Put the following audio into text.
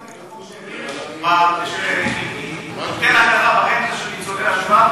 לפני שבוע פסלתם את החוק שתינתן הכרה לרנטה של ניצולי השואה,